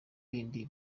bindi